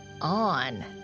on